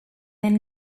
then